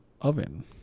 oven